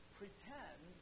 pretend